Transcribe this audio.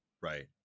Right